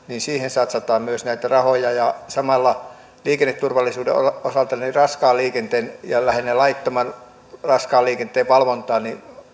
satsataan myös näitä rahoja ja samalla liikenneturvallisuuden osalta raskaan liikenteen ja lähinnä laittoman raskaan liikenteen valvontaan